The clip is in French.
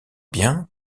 bien